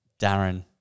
Darren